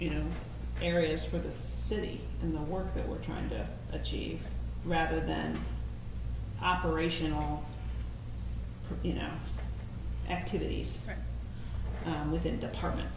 you know areas for the city and the work that we're trying to achieve rather than operational you know activities within department